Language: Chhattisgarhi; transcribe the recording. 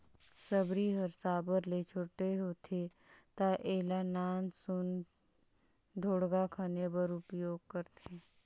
सबरी हर साबर ले छोटे होथे ता एला नान सुन ढोड़गा खने बर उपियोग करथे